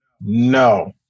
No